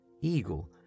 Eagle